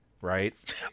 right